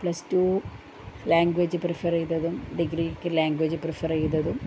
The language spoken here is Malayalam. പ്ലസ് ടു ലാംഗ്വേജ് പ്രീഫെറ് ചെയ്തതും ഡിഗ്രിക്ക് ലാംഗ്വേജ് പ്രീഫെറ് ചെയ്തതും